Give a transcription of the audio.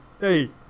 Hey